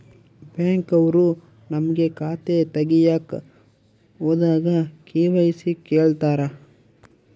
Bank ಅವ್ರು ನಮ್ಗೆ ಖಾತೆ ತಗಿಯಕ್ ಹೋದಾಗ ಕೆ.ವೈ.ಸಿ ಕೇಳ್ತಾರಾ?